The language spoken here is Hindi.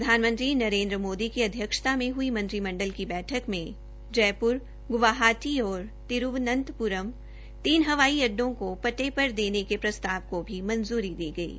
प्रधानमंत्री नरेन्द्र मोदी की अध्यक्षता में हई मंत्रिमंडल की बैठक में जयपुर गुवाहटी और तिरूवंतापुरम तीन हवाई अड्डों को पट्टे पर देने के प्रस्ताव को मंजूरी दी गई है